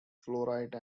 fluorite